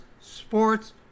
sports